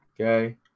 Okay